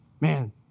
man